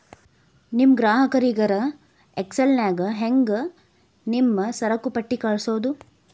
ನಿಮ್ ಗ್ರಾಹಕರಿಗರ ಎಕ್ಸೆಲ್ ನ್ಯಾಗ ಹೆಂಗ್ ನಿಮ್ಮ ಸರಕುಪಟ್ಟಿ ಕಳ್ಸೋದು?